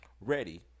ready